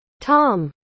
Tom